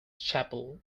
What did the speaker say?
chapel